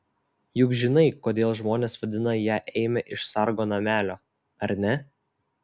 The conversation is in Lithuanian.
juk žinai kodėl žmonės vadina ją eime iš sargo namelio ar ne